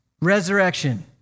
Resurrection